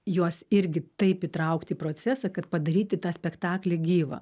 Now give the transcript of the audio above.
juos irgi taip įtraukti į procesą kad padaryti tą spektaklį gyvą